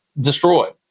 destroyed